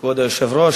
כבוד היושב-ראש,